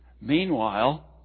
Meanwhile